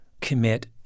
commit